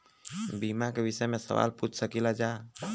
बीमा के विषय मे सवाल पूछ सकीलाजा?